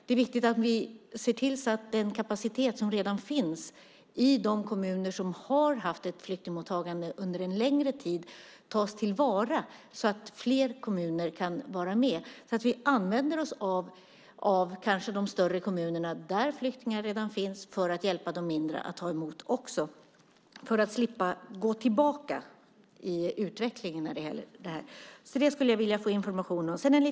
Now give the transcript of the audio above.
Det är viktigt att se till att den kapacitet som redan finns i de kommuner som har haft ett flyktingmottagande under en längre tid tas till vara så att fler kommuner kan vara med. Vi ska använda oss av de större kommunerna där flyktingar redan finns för att hjälpa de mindre att också ta emot och på så sätt slippa gå tillbaka i utvecklingen. Det vill jag få information om.